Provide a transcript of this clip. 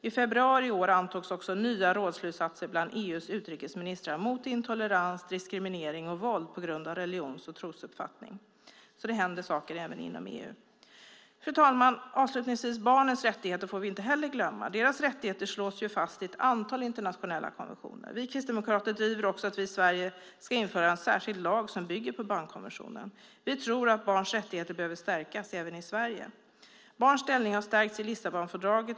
I februari i år antogs också nya rådsslutsatser bland EU:s utrikesministrar mot intolerans, diskriminering och våld på grund av religions och trosuppfattning. Det händer saker även inom EU. Fru talman! Avslutningsvis får vi inte glömma barnens rättigheter. Deras rättigheter slås fast i ett antal internationella konventioner. Vi kristdemokrater driver att vi i Sverige ska införa en särskild lag som bygger på barnkonventionen. Vi tror att barns rättigheter behöver stärkas även i Sverige. Barns ställning har stärkts i Lissabonfördraget.